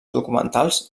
documentals